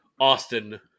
Austin